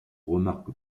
remarque